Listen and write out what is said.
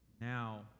Now